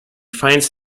finds